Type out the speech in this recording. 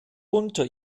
unter